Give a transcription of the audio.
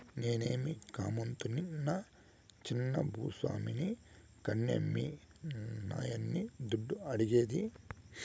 నేనేమీ కామందునా చిన్న భూ స్వామిని కన్కే మీ నాయన్ని దుడ్డు అడిగేది